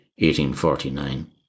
1849